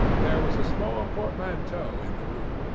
there was a small ah portmanteau in the room,